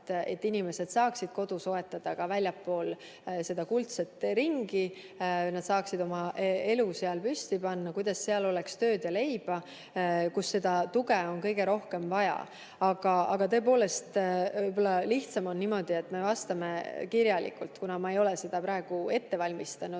et inimesed saaksid kodu soetada ka väljaspool seda kuldset ringi, kuidas nad saaksid oma elu seal püsti panna, nii et oleks tööd ja leiba ning tuge seal, kus seda on kõige rohkem vaja. Aga tõepoolest, võib-olla on lihtsam niimoodi, et me vastame kirjalikult, kuna ma ei ole seda praegu ette valmistanud